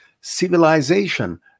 civilization